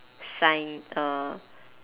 sign err